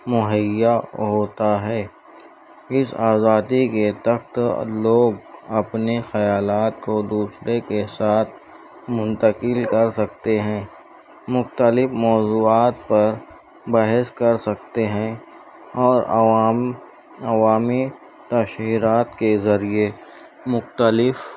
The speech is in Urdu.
مہیا ہوتا ہے اس آزادی کے تحت لوگ اپنے خیالات کو دوسرے کے ساتھ منتقل کر سکتے ہیں مختلف موضوعات پر بحث کر سکتے ہیں اور عوام عوامی تشہیرات کے ذریعے مختلف